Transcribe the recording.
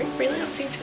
really on scene